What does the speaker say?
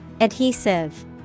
Adhesive